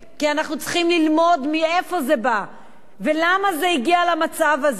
ואנחנו צריכים ללמוד מאיפה זה בא ולמה הגיעו למצב הזה.